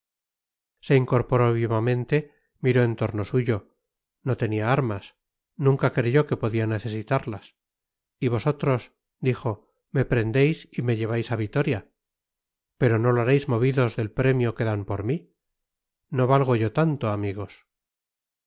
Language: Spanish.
se incorporó vivamente miró en torno suyo no tenía armas nunca creyó que podía necesitarlas y vosotros dijo me prendéis y me lleváis a vitoria pero no lo haréis movidos del premio que dan por mí no valgo yo tanto amigos